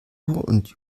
und